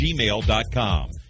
gmail.com